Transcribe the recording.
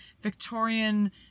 Victorian